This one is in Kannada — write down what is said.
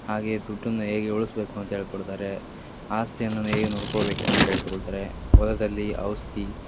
ಹಾಗೇ ದುಡ್ಡನ್ನು ಹೇಗೆ ಉಳಿಸ್ಬೇಕು ಅಂತ ಹೇಳ್ಕೊಡ್ತಾರೆ ಆಸ್ತಿಯನ್ನು ಹೇಗೆ ನೋಡಿಕೊಳ್ಬೇಕು ಅಂತ ಹೇಳ್ಕೊಡ್ತಾರೆ ಹೊಲದಲ್ಲಿ ಔಷ್ಧಿ